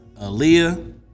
Aaliyah